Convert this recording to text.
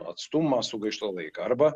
atstumą sugaištą laiką arba